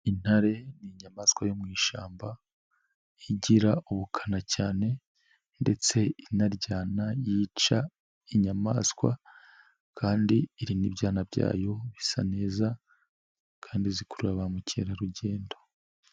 Intare ni inyamaswa yo mu ishyamba, igira ubukana cyane ndetse inaryana, yica inyamaswa kandi iri n'ibyana byayo, bisa neza kandi zikurura ba mukerarugendo.